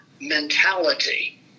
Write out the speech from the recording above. mentality